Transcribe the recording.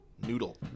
Noodle